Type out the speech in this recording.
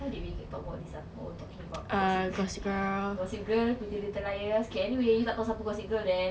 eh why we talk about this ah what were we talking about gossip gossip girl pretty little liars okay anyway tak tahu siapa gossip girl then